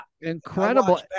incredible